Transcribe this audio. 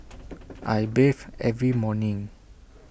I bathe every morning